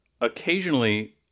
occasionally